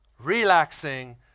Relaxing